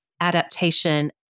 adaptation